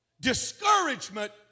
Discouragement